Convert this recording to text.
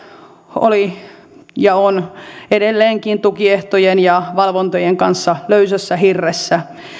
oli ja on edelleenkin tukiehtojen ja valvontojen kanssa löysässä hirressä